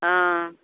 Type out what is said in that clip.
ஆ